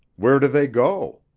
where do they go?